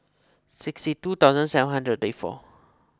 sixty two thousand seven hundred and thirty four